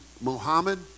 Muhammad